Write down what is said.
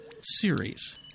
series